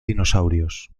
dinosaurios